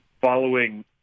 following